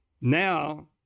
now